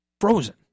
frozen